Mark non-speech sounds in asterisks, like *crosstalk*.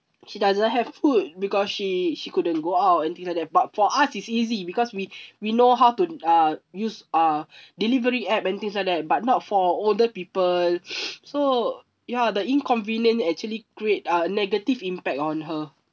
she doesn't have food because she she couldn't go out and things like that but for us it's easy because we *breath* we know how to uh use uh *breath* delivery app and things like that but not for older people *noise* so ya the inconvenient actually create a negative impact on her